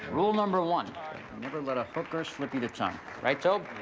rule number one never let a hooker slip you the tongue, right tob?